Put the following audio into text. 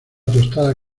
tostada